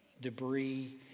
debris